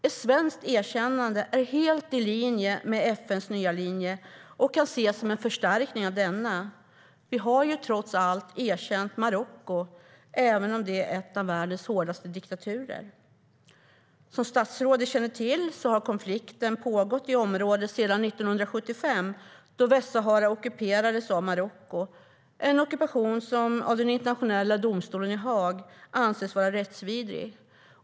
Ett svenskt erkännande är helt i linje med FN:s nya linje och kan ses som en förstärkning av denna. Vi har ju trots allt erkänt Marocko, även om det är en av världens hårdaste diktaturer. Som statsrådet känner till har konflikten i området pågått sedan 1975 då Västsahara ockuperades av Marocko - en ockupation som den internationella domstolen i Haag anser vara rättsvidrig.